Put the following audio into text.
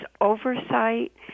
oversight